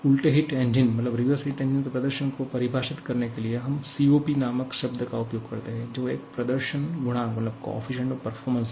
उलटे heat engine के प्रदर्शन को परिभाषित करने के लिए हम COP नामक शब्द का उपयोग करते हैं जो एक प्रदर्शन गुणांक है